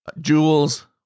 jewels